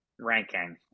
ranking